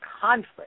conflict